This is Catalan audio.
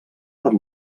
per